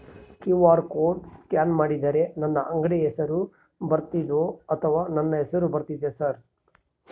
QR code scan ಮಾಡಿದರೆ ನನ್ನ ಅಂಗಡಿ ಹೆಸರು ಬರ್ತದೋ ಅಥವಾ ನನ್ನ ಹೆಸರು ಬರ್ತದ ಸರ್?